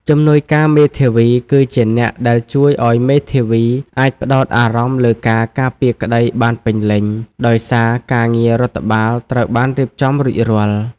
ជំនួយការមេធាវីគឺជាអ្នកដែលជួយឱ្យមេធាវីអាចផ្តោតអារម្មណ៍លើការការពារក្តីបានពេញលេញ ដោយសារការងាររដ្ឋបាលត្រូវបានរៀបចំរួចរាល់។